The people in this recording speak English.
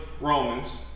Romans